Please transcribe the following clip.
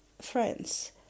friends